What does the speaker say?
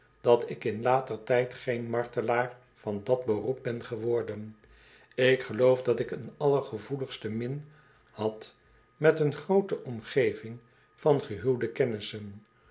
dat ik in ister tijd geen martelaar van dat beroep ben geworden ik geloof dat ik eene allergevoeligste min had meteen groote omgeving van gehuwde kennissen